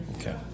Okay